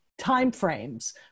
timeframes